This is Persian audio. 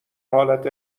حالت